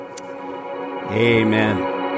Amen